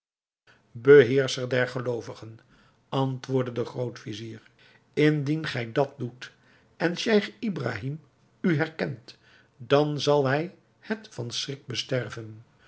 beheerscher der geloovigen antwoordde de groot-vizier indien gij dat doet en scheich ibrahim u herkent dan zal hij het van schrik besterven